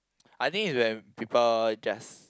I think its when people just